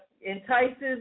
entices